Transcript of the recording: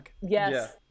Yes